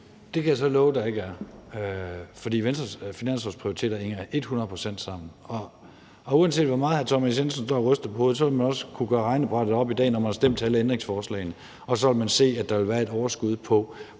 Det kan jeg så love der ikke er, for Venstres finanslovsprioriteter hænger hundrede procent sammen. Og uanset hvor meget hr. Thomas Jensen står og ryster på hovedet, vil man også kunne gøre regnebrættet op i dag, når man har stemt om alle ændringsforslagene, og så vil man se, at der vil være et overskud,